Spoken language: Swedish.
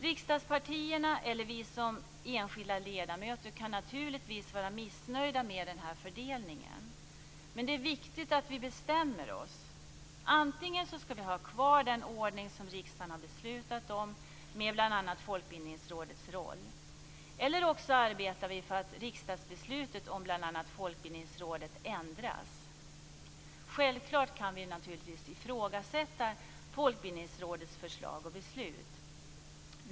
Riksdagspartierna eller vi som enskilda ledamöter kan naturligtvis vara missnöjda med fördelningen. Men det är viktigt att vi bestämmer oss: Antingen har vi kvar den ordning riksdagen har beslutat om med bl.a. Folkbildningsrådets roll, eller också arbetar vi för att riksdagsbeslutet om bl.a. Folkbildningsrådet ändras. Självklart kan vi ifrågasätta Folkbildningsrådets förslag och beslut.